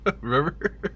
Remember